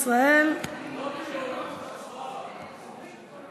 מבקשת, אם ככה, לעבור להצבעה.